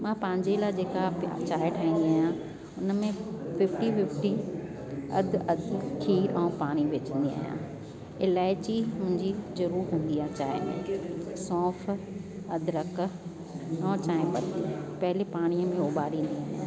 मां पंहिंजे लाइ जेका चांहि ठाहींदी आहियां हुनमें फिफ्टी फिफ्टी अधु अधु खीरु ऐं पाणी विझंदी आहियां इलाइची मुंहिंजी ज़रूरु हूंदी आहे चांहि में सौंफ अदरक ऐं चांहि खे पहले पाणीअ में उबारींदी आहियां